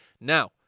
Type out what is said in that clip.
Now